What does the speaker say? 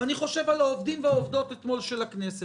אני חושב על העובדים והעובדות של הכנסת.